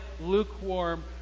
lukewarm